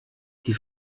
die